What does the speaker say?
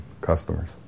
customers